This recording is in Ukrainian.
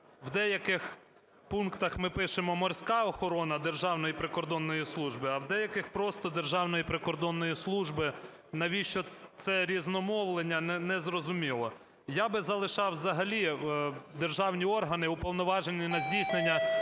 в деяких пунктах ми пишемо: "Морська охорона Державної прикордонної служби", а в деяких просто: "Державної прикордонної служби". Навіщо це різномовлення, не зрозуміло. Я би залишав взагалі: "державні органи, уповноважені на здійснення